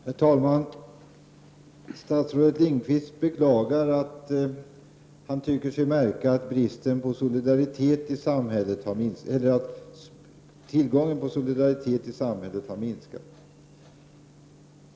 Herr talman! Statsrådet Lindqvist tycker sig märka att solidariteten i samhället har minskat, och han beklagar det.